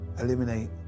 eliminate